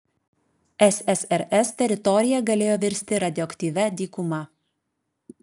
ssrs teritorija galėjo virsti radioaktyvia dykuma